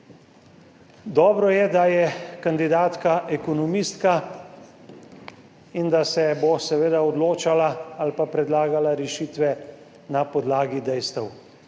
Dobro je, da je kandidatka ekonomistka in da se bo seveda odločala ali pa predlagala rešitve na podlagi dejstev.